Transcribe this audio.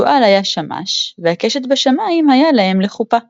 השועל היה שמש והקשת בשמים היתה להם לחפה.)